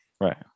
Right